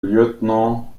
lieutenant